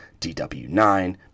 DW9